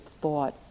thought